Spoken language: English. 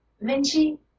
Vinci